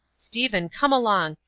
stephen, come along.